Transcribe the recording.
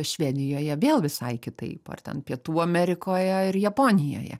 švedijoje vėl visai kitaip ar ten pietų amerikoje ir japonijoje